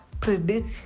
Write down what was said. predict